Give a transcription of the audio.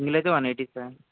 meal ఐతే one eighty sir